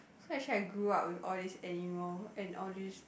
so actually I grew up with all these animal and all these